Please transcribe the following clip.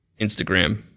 Instagram